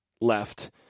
left